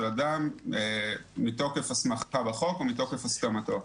אדם מתוקף אסמכתא בחוק או מתוקף הסכמתו.